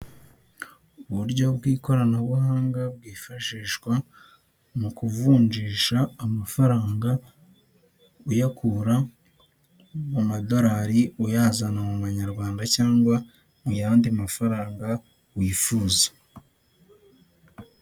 Uburyo bw'ikoranabuhanga bwifashishwa mu kuvunjisha amafaranga uyakura mu madorari uyazana mu mu manyarwanda cyangwa mu yandi mafaranga wifuza.